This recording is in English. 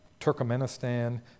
Turkmenistan